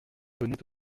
venaient